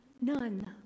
None